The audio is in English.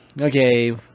Okay